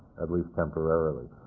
at least temporarily.